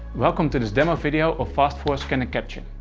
welcome to this demo video of fast four scan and capture.